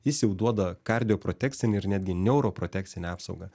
jis jau duoda kardioprotekcinę ir netgi neuroprotekcinę apsaugą